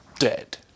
dead